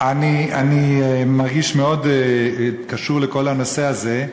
אני מרגיש מאוד קשור לכל הנושא הזה,